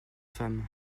femmes